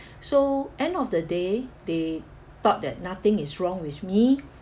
so end of the day they thought that nothing is wrong with me